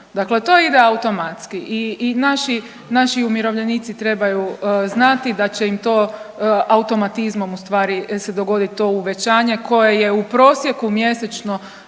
Dakle, to ide automatski i naši umirovljenici trebaju znati da će im to automatizmom ustvari se dogoditi to uvećanje koje je u prosjeku mjesečno